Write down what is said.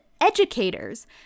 educators